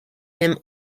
him